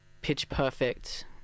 pitch-perfect